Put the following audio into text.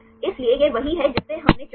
इसलिए यह वही है जिसे हमने चुना है